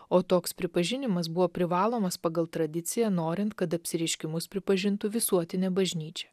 o toks pripažinimas buvo privalomas pagal tradiciją norint kad apsireiškimus pripažintų visuotinė bažnyčia